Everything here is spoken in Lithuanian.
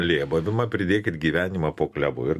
lėbavimą pridėkit gyvenimą po klevu ir